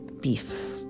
beef